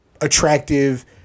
attractive